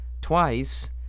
twice